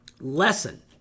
Lesson